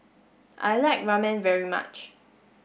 I like Ramen very much